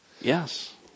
Yes